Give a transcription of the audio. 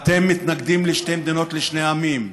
אתם מתנגדים לשתי מדינות לשני עמים.